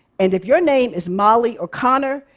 and if your name is molly or connor,